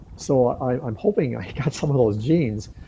so, i'm hoping i got some of those genes.